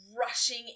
rushing